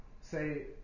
say